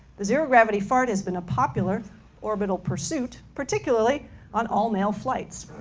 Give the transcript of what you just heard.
the zero gravity fart has been a popular orbital pursuit, particularly on all male flights.